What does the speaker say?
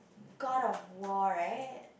God of War right